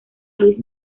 luis